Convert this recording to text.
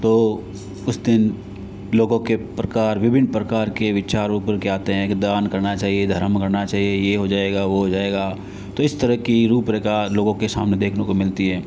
तो उस दिन लोगों के प्रकार विभिन्न प्रकार के विचार उभर के आते है कि दान करना चाहिए धर्म करना चाहिए ये हो जाएगा वो हो जाएगा तो इस तरह की रूप रेखा लोगों के सामने देखने को मिलती है